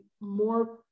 more